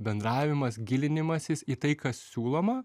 bendravimas gilinimasis į tai kas siūloma